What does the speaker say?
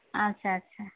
ᱟᱪᱪᱷᱟ ᱟᱪᱪᱷᱟ